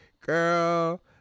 girl